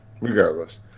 regardless